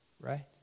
right